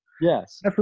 yes